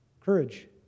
Courage